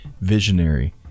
visionary